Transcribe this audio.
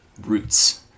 Roots